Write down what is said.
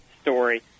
story